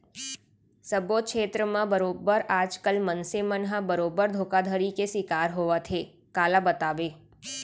सब्बो छेत्र म बरोबर आज कल मनसे मन ह बरोबर धोखाघड़ी के सिकार होवत हे काला बताबे